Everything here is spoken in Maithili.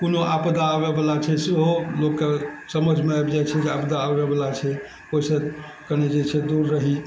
कोनो आपदा आबयवला छै सेहो लोकके समझमे आबि जाइ छै जे आपदा आबयवला छै ओइसँ कनि जे छै दूर रही